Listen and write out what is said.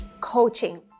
coaching